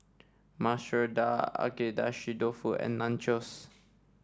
Masoor Dal Agedashi Dofu and Nachos